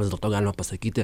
vis dėlto galima pasakyti